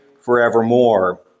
forevermore